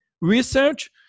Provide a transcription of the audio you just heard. research